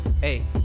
Hey